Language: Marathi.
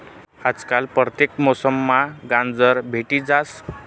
आजकाल परतेक मौसममा गाजर भेटी जास